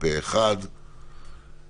הצבעה בעד פה אחד אושר אושר פה אחד.